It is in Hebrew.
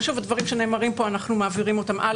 הדברים שנאמרים פה אנחנו מעבירים אותם הלאה.